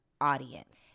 audience